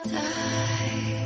die